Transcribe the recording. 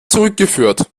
zurückgeführt